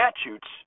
Statutes